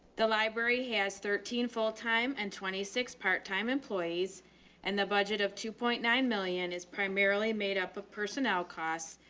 the library has thirteen full time and twenty six part time employees and a budget of two point nine million is primarily made up of personnel costs.